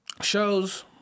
shows